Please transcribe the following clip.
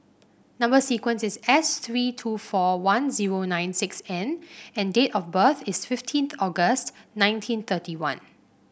number sequence is S three two four one zero nine six N and date of birth is fifteenth August nineteen thirty one